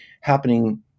happening